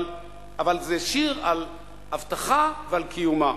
אבל זה שיר על הבטחה ועל קיומה.